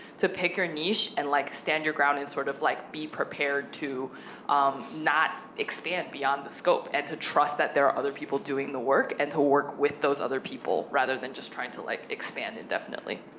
to pick your niche, and, like, stand your ground, and sort of like be prepared to um not expand beyond the scope, and to trust that there are other people doing the work, and to work with those other people, rather than just tryin' to, like, expand indefinitely.